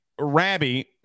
Rabby